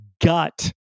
gut